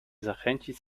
zachęcić